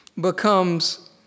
becomes